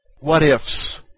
what-ifs